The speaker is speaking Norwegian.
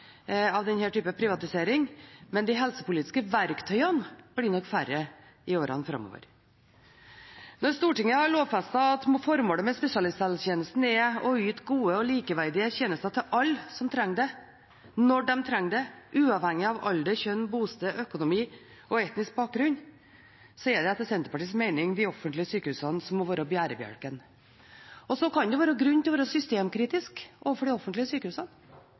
av denne typen privatisering, men de helsepolitiske verktøyene blir nok færre i årene framover. Når Stortinget har lovfestet at formålet med spesialisthelsetjenesten er å yte gode og likeverdige tjenester til alle som trenger det, når de trenger det, uavhengig av alder, kjønn, bosted, økonomi og etnisk bakgrunn, er det etter Senterpartiets mening de offentlige sykehusene som må være bærebjelken. Så kan det være grunn til å være systemkritisk overfor de offentlige sykehusene